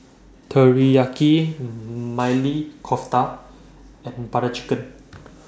Teriyaki Maili Kofta and Butter Chicken